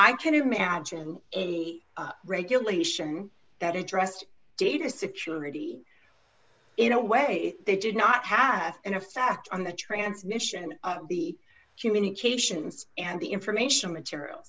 i can't imagine any regulation that addressed data security in a way they did not have an effect on the transmission the communications and the information material